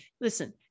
listen